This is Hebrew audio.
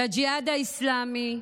והג'יהאד האסלאמי,